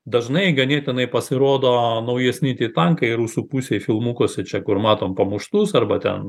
dažnai ganėtinai pasirodo naujesni tie tankai rusų pusėj filmukuose čia kur matom pamuštus arba ten